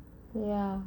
ya